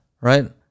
Right